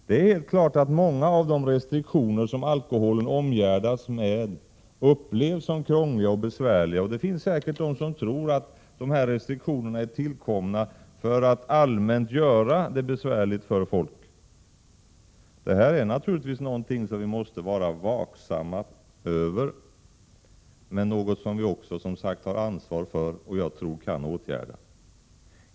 Det är helt klart att många av de restriktioner som alkoholen omgärdas med upplevs som krångliga och besvärliga, och det finns säkert de som tror att dessa restriktioner är tillkomna för att allmänt göra det besvärligt för folk. Det här är naturligtvis någonting som vi måste vara vaksamma på, men något som vi också, som sagt, har ansvar för och som jag tror vi kan åtgärda.